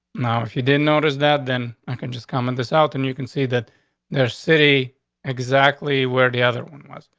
now, if you didn't notice that, then i could just come in this out and you can see that their city exactly where the other one was.